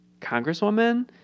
congresswoman